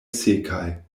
sekaj